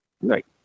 Right